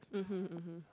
mmhmm mmhmm